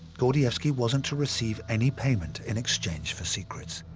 gordievsky wasn't to receive any payment in exchange for secrets.